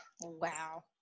Wow